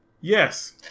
Yes